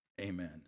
Amen